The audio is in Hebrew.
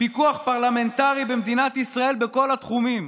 פרלמנטרי במדינת ישראל בכל התחומים".